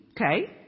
Okay